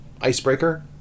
icebreaker